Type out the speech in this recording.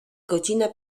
godzina